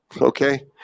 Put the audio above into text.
Okay